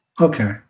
Okay